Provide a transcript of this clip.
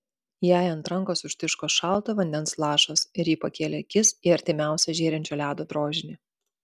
jai ant rankos užtiško šalto vandens lašas ir ji pakėlė akis į artimiausią žėrinčio ledo drožinį